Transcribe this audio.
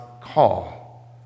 call